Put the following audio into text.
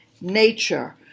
nature